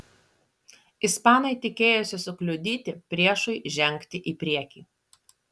ispanai tikėjosi sukliudyti priešui žengti į priekį